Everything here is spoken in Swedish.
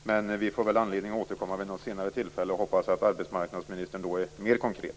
Vi får väl anledning att återkomma vid något senare tillfälle. Jag hoppas att arbetsmarknadsministern då är mer konkret.